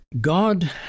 God